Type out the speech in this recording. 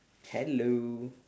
hello